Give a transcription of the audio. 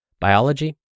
biology